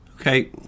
Okay